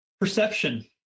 Perception